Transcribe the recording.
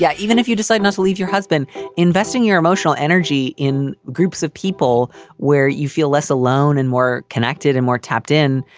yeah even if you decide not to leave your husband investing your emotional energy in groups of people where you feel less alone and more connected and more tapped in.